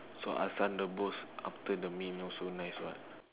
so asam rebus after the meal also nice [what]